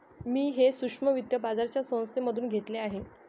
मी हे सूक्ष्म वित्त बाजाराच्या संस्थेमधून घेतलं आहे